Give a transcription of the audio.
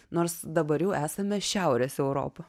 nors dabar jau esame šiaurės europa